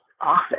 office